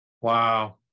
Wow